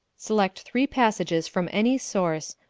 select three passages from any source,